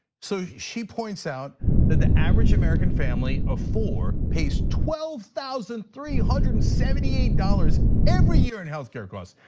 so she points out that the average american family of four pays twelve thousand three hundred and seventy eight dollars every year in healthcare cross.